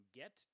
get